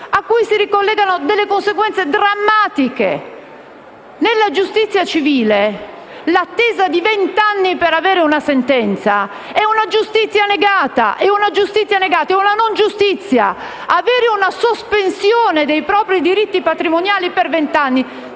cui si ricollegano conseguenze drammatiche. Nella giustizia civile, l'attesa di venti anni per avere una sentenza è una giustizia negata; e una giustizia negata è una non giustizia. Avere una sospensione dei propri diritti patrimoniali per venti anni